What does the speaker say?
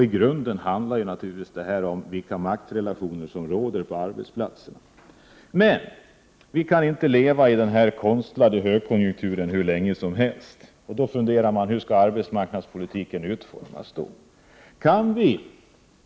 I grunden handlar det här naturligtvis om vilka maktrelationer som råder på arbetsplatserna. Men vi kan inte leva hur länge som helst i den här konstlade högkonjunkturen. Därför funderar man naturligtvis över hur arbetsmarknadspolitiken skall utformas när högkonjunkturen är över.